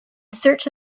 search